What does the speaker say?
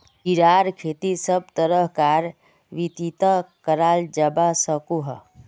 जीरार खेती सब तरह कार मित्तित कराल जवा सकोह